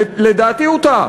לדעתי הוא טעה,